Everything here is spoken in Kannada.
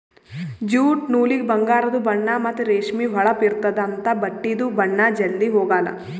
ಜ್ಯೂಟ್ ನೂಲಿಗ ಬಂಗಾರದು ಬಣ್ಣಾ ಮತ್ತ್ ರೇಷ್ಮಿ ಹೊಳಪ್ ಇರ್ತ್ತದ ಅಂಥಾ ಬಟ್ಟಿದು ಬಣ್ಣಾ ಜಲ್ಧಿ ಹೊಗಾಲ್